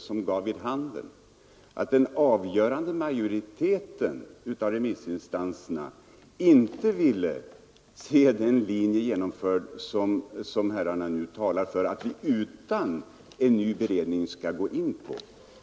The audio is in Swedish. Detta gav vid handen att den avgörande majoriteten av remissinstanserna inte ville se den linje genomförd, som herrarna nu talar för att vi utan en ny beredning skall gå in på.